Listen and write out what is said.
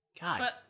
God